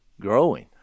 growing